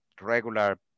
regular